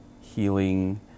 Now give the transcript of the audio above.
healing